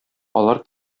алар